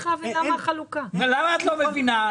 למה את לא מבינה?